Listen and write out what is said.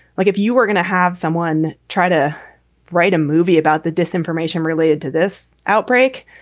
like if you were gonna have someone try to write a movie about the disinformation related to this outbreak.